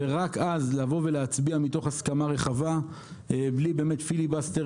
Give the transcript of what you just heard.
ורק אז לבוא ולהצביע מתוך הסכמה רחבה בלי פיליבסטרים.